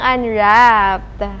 Unwrapped